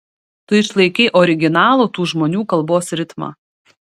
tu išlaikei originalų tų žmonių kalbos ritmą